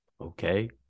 okay